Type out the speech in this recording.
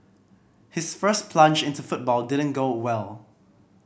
his first plunge into football didn't go well